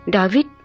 David